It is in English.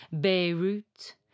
Beirut